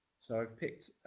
so i've picked